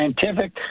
scientific